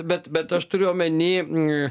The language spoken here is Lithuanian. bet bet aš turiu omeny